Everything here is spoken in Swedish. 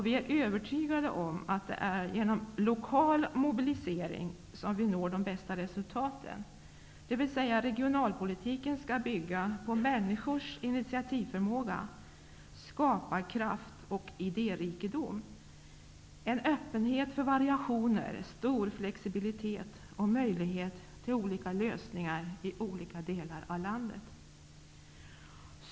Vi är övertygade om att det är genom lokal mobilisering som vi når de bästa resultaten, dvs. regionalpolitiken skall bygga på människors initiativförmåga, skaparkraft och idérikedom, en öppenhet för variationer, stor flexibilitet och möjlighet till olika lösningar i olika delar av landet.